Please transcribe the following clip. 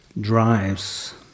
drives